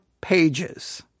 pages